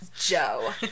Joe